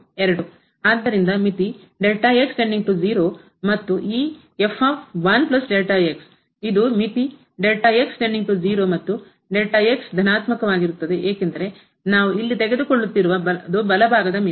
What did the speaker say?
ಆದ್ದರಿಂದ ಮಿತಿ ಮತ್ತು ಈ ಇದು ಮಿತಿ ಮತ್ತು ಧನಾತ್ಮಕವಾಗಿರುತ್ತದೆ ಏಕೆಂದರೆ ನಾವು ಇಲ್ಲಿ ತೆಗೆದುಕೊಳ್ಳುತ್ತಿರುವುದು ಬಲಭಾಗದ ಮಿತಿ